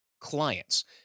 clients